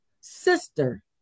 sister